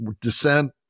dissent